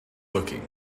looking